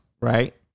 Right